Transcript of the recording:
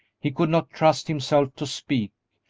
he could not trust himself to speak,